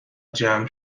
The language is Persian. جمع